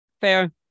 Fair